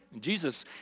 Jesus